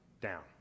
down